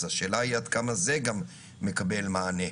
אז השאלה היא עד כמה זה גם מקבל מענה.